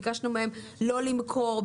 ביקשנו מהם לא למכור.